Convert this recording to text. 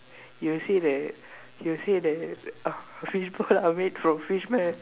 he'll say that he'll say that uh fishballs are made from fish meh